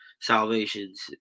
salvations